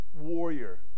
warrior